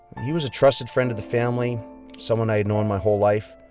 he was a trusted friend of the family someone i had known my whole life.